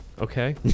Okay